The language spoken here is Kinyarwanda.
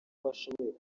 ashoboye